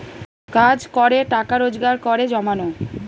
কাজ করে টাকা রোজগার করে জমানো